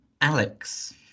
Alex